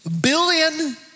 billion